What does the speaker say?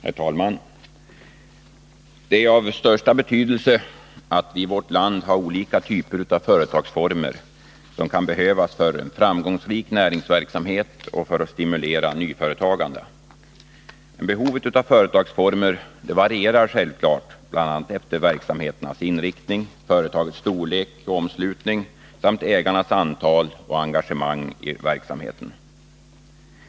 Herr talman! Det är av största betydelse att i vårt land ha olika typer av företagsformer. Det behövs för en framgångsrik näringsverksamhet och för att stimulera nyföretagande. Behovet av företagsformer varierar självklart, bl.a. efter verksamhetens inriktning, företagets storlek och omslutning samt ägarnas antal och engagemang i verksamheten.